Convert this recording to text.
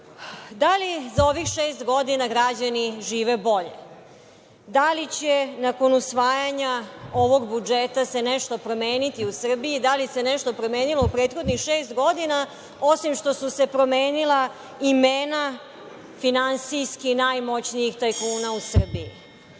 li za ovih šest godina građani žive bolje? Da li će se nakon usvajanja ovog budžeta nešto promeniti u Srbiji? Da li se nešto promenilo u prethodnih šest godina, osim što su se promenila imena finansijski najmoćnijih tajkuna u Srbiji?